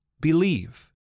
Believe